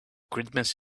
christmas